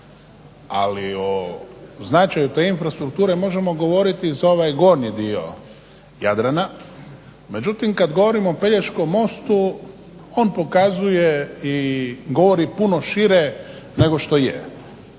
ali o značaju te infrastrukture možemo govoriti za ovaj gornji dio Jadrana. Međutim kada govorimo o Pelješkom mostu, on pokazuje i govori puno šire nego što je.